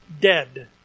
dead